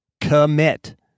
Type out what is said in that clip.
Commit